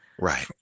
Right